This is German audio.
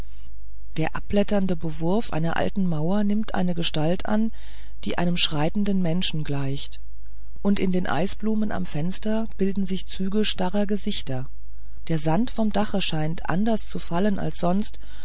der abblätternde bewurf einer alten mauer nimmt eine gestalt an die einem schreitenden menschen gleicht und in eisblumen am fenster bilden sich züge starrer gesichter der sand vom dache scheint anders zu fallen als sonst